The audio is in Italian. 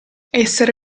essere